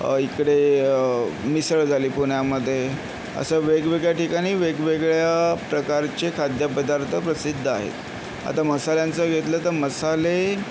इकडे मिसळ झाली पुण्यामध्ये असं वेगवेगळ्या ठिकाणी वेगवेगळ्या प्रकारचे खाद्यपदार्थ प्रसिद्ध आहेत आता मसाल्याचं घेतलं तर मसाले